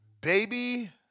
Baby